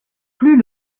plus